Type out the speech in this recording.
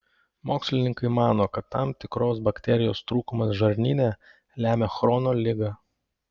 mokslininkai mano kad tam tikros bakterijos trūkumas žarnyne lemia chrono ligą